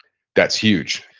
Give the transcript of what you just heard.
that's huge.